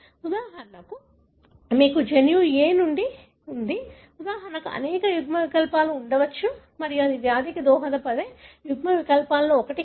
ఉదాహరణకు మీకు జన్యువు A మరియు జన్యువు A ఉన్నాయి ఉదాహరణకు అనేక యుగ్మ వికల్పాలు ఉండవచ్చు మరియు ఇది వ్యాధికి దోహదపడే యుగ్మవికల్పాలలో ఒకటి కావచ్చు